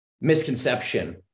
misconception